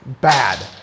bad